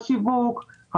השיווק,